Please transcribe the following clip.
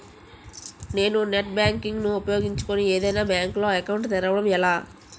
నేను net banking ను ఉపయోగించుకుని ఏదైనా బ్యాంక్ లో అకౌంట్ తెరవడం ఎలా?